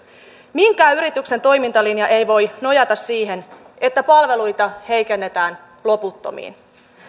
minkään yrityksen toimintalinja ei voi nojata siihen että palveluita heikennetään loputtomiin